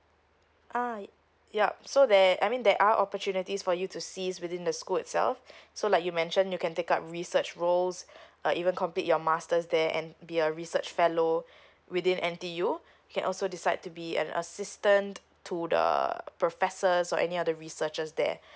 ah yup so there I mean there are opportunities for you to see within the school itself so like you mentioned you can take up research roles uh even complete your master's there and be a research fellow within N_T_U you can also decide to be an assistant to the professors or any other researchers there